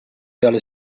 peale